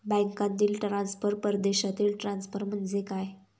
बँकांतील ट्रान्सफर, परदेशातील ट्रान्सफर म्हणजे काय?